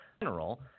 general